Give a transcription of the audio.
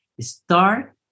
Start